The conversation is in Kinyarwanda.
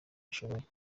bashoboye